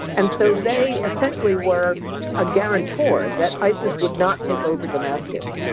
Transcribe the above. and so they essentially were a guarantor that isis would not take over damascus.